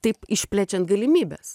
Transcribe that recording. taip išplečiant galimybes